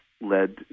led